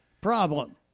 problem